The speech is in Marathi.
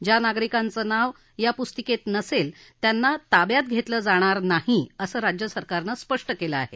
ज्या नागरिकांचे नाव या पुस्तिकेत नसेल त्यांना ताब्यात घेतलं जाणार नाही असं राज्य सरकारनं स्पष्ट केलं आहे